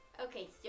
Okay